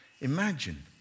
Imagine